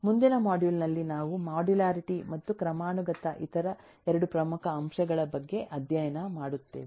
ಮುಂದಿನ ಮಾಡ್ಯೂಲ್ ನಲ್ಲಿ ನಾವು ಮಾಡ್ಯುಲಾರಿಟಿ ಮತ್ತು ಕ್ರಮಾನುಗತ ಇತರ 2 ಪ್ರಮುಖ ಅಂಶಗಳ ಬಗ್ಗೆ ಅಧ್ಯಯನ ಮಾಡುತ್ತೇವೆ